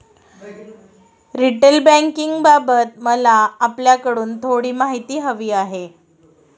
retail बँकिंगबाबत मला आपल्याकडून थोडी माहिती हवी आहे